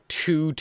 two